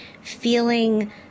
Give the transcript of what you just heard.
feeling